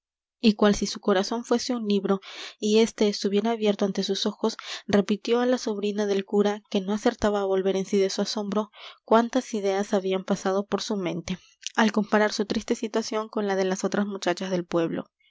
y cual si su corazón fuese un libro y éste estuviera abierto ante sus ojos repitió á la sobrina del cura que no acertaba á volver en sí de su asombro cuantas ideas habían pasado por su mente al comparar su triste situación con la de las otras muchachas del pueblo